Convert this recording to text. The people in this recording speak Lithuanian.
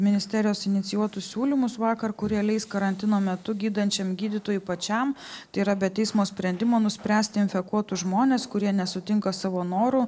ministerijos inicijuotus siūlymus vakar kurie leis karantino metu gydančiam gydytojui pačiam tai yra be teismo sprendimo nuspręsti infekuotus žmones kurie nesutinka savo noru